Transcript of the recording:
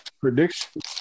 prediction